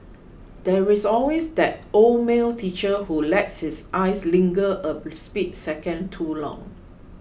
there is always that old male teacher who lets his eyes linger a split second too long